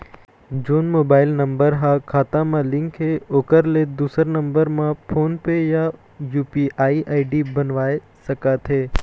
जोन mobile number हा खाता मा लिन्क हे ओकर ले दुसर नंबर मा फोन पे या यू.पी.आई आई.डी बनवाए सका थे?